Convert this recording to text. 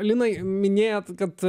linai minėjote kad